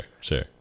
sure